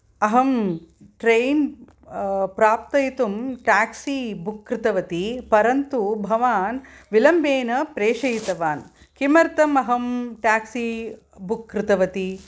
अहं ट्रैन् प्रापयितुं taxi book कृतवती परन्तु भवान् विलम्बेन प्रेषयितवान् किमर्थमहं टेक्सि बुक् कृतवती